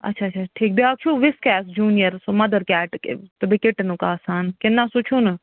آچھا آچھا ٹھیٖک بیٛاکھ چھو وسکیس جوٗنیر سُہ مَدَر کیٹِک ٲں تہٕ بیٚیہِ کِٹنُک آسان کنہٕ نَہ سُہ چھو نہٕ